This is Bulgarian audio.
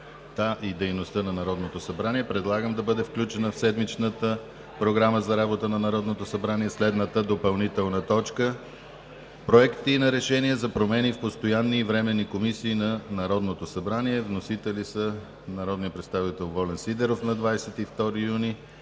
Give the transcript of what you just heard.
и дейността на Народното събрание предлагам да бъде включена в седмичната Програма за работа на Народното събрание следната допълнителна точка – Проекти на решения за промени в постоянни и временни комисии на Народното събрание. Вносители са народният представител Волен Сидеров, на 22 юни